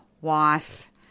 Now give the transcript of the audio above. wife